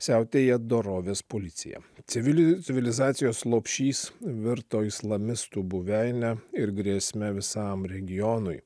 siautėja dorovės policija civilį civilizacijos lopšys virto islamistų buveinę ir grėsme visam regionui